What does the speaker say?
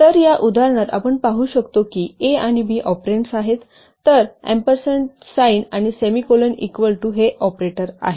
तर या उदाहरणात आपण पाहु शकतो की a आणि b ऑपेरेन्ड्स आहेत तर एम्परसँड साइन आणि सेमीकोलन इक्वल टू हे ऑपरेटर आहेत